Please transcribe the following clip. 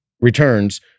returns